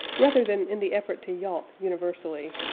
rather than in the effort to yawp universally.